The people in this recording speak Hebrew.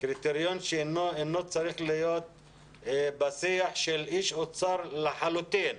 קריטריון שאינו צריך להיות בשיח של איש אוצר לחלוטין.